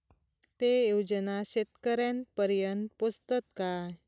ते योजना शेतकऱ्यानपर्यंत पोचतत काय?